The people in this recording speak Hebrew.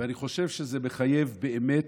אני חושב שזה מחייב באמת.